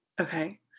Okay